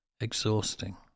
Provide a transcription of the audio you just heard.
Exhausting